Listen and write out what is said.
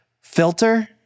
filter